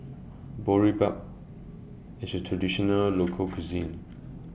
Boribap IS A Traditional Local Cuisine